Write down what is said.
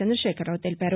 చంద్రశేఖర్రావు తెలిపారు